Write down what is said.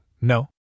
No